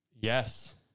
Yes